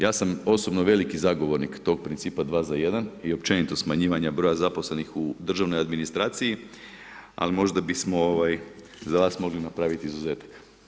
Ja sam osobno veliki zagovornik tog principa „dva za jedan“ i općenito broja smanjivanja broj zaposlenih u državnoj administraciji, ali možda bismo za vas mogli napraviti izuzetak.